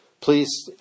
Please